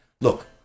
look